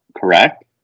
correct